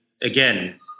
again